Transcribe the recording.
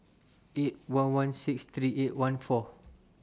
eight one one six three eight one four